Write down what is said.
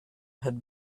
had